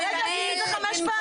הרגע עשית את זה חמש פעמים